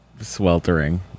sweltering